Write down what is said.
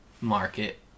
market